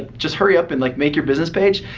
just hurry up and like make your business page.